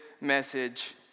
message